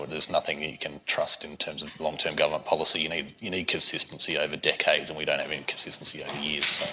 ah there's nothing you can trust in terms of long-term government policy. you need you need consistency over decades and we don't have any consistency ah over